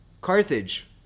Carthage